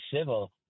civil